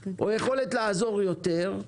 או יכולת לעזור יותר,